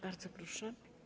Bardzo proszę.